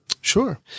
Sure